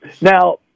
Now